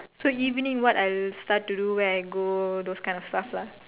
so evening what I'll start to do where I go those kind of stuff lah